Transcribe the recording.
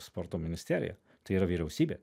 sporto ministerija tai yra vyriausybė